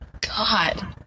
God